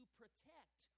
protect